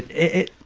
it